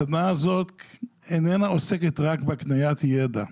הסדנה הזאת איננה עוסקת רק בהקניית ידע.